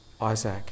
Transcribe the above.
Isaac